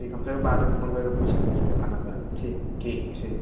ठीक हम फेर बादमे फोन करिके पूछब ईसब खानाके बारेमे ठीक ठीक ठीक